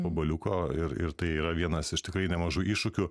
po baliuko ir ir tai yra vienas iš tikrai nemažų iššūkių